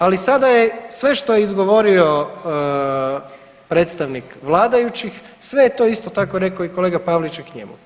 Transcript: Ali sada je sve što je izgovorio predstavnik vladajućih sve je to isto tako rekao i kolega Pavliček njemu.